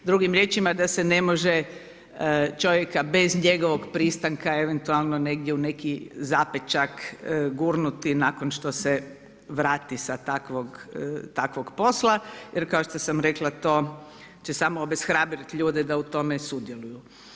Drugim riječima da se ne može čovjeka bez njegovog pristanka, eventualno negdje u neki zapećak gurnuti nakon što se vrati sa takvog posla jer kao što sam rekla to će samo obeshrabriti ljude da u tome sudjeluju.